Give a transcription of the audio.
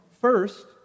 First